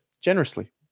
generously